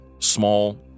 Small